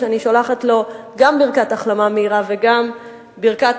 ואני שולחת לו גם ברכת החלמה מהירה וגם ברכת